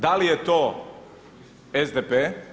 Da li je to SDP?